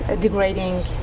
degrading